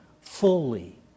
fully